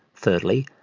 thirdly,